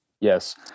Yes